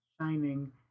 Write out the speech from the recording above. shining